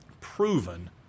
proven